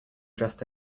dressed